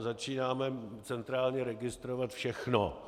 Začínáme prostě centrálně registrovat všechno.